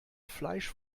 fleisch